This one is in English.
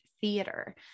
theater